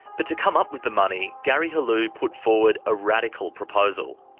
but to come up with the money, gary helou put forward a radical proposal.